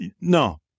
no